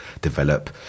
develop